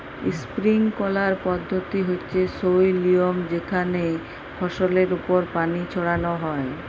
sprinkler পদ্ধতি হচ্যে সই লিয়ম যেখানে ফসলের ওপর পানি ছড়ান হয়